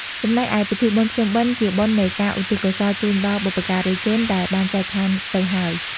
ចំណែកឯ ពិធីបុណ្យភ្ជុំបិណ្ឌជាបុណ្យនៃការឧទ្ទិសកុសលជូនដល់បុព្វការីជនដែលបានចែកឋានទៅហើយ។